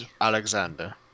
Alexander